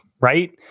right